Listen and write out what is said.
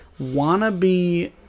wannabe